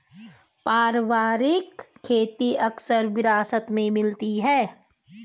पारिवारिक खेती अक्सर विरासत में मिलती है